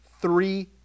three